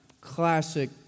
classic